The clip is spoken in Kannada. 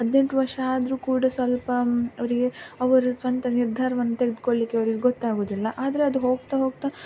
ಹದಿನೆಂಟು ವರ್ಷ ಆದರೂ ಕೂಡ ಸ್ವಲ್ಪ ಅವರಿಗೆ ಅವರ ಸ್ವಂತ ನಿರ್ಧಾರವನ್ನು ತೆಗೆದುಕೊಳ್ಳಿಕ್ಕೆ ಅವ್ರಿಗೆ ಗೊತ್ತಾಗುವುದಿಲ್ಲ ಆದರೆ ಅದು ಹೋಗ್ತಾ ಹೋಗ್ತಾ